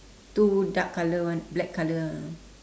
two dark color one black color ah